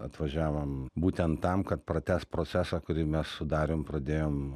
atvažiavom būtent tam kad pratęst procesą kurį mes su darium pradėjom